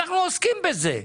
אבל אנחנו עוסקים בזה.